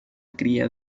cría